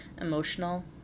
emotional